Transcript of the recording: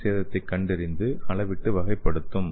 ஏ சேதத்தைக் கண்டறிந்து அளவிட்டு வகைப்படுத்தும்